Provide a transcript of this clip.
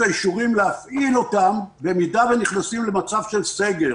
האישורים להפעיל אותם במידה ונכנסים למצב של סגר